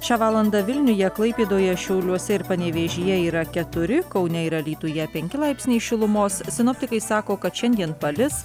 šią valandą vilniuje klaipėdoje šiauliuose ir panevėžyje yra keturi kaune ir alytuje penki laipsniai šilumos sinoptikai sako kad šiandien palis